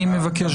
אני מבקש גם.